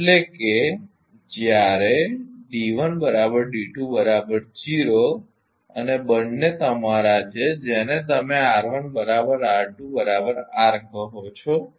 એટલે કે જ્યારે અને બંને તમારા છે જેને તમે કહો છો